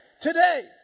Today